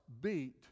beat